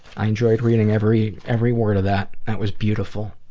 i enjoyed reading every every word of that. that was beautiful,